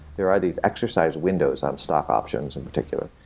there are these exercise windows on stock options in particular.